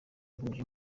umukinnyi